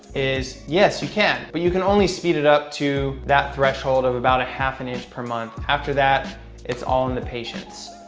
is yes you can, but you can only speed it up to that threshold of about a half an inch per month after that it's all in the patience.